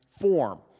form